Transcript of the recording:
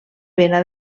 pena